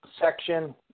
Section